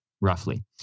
roughly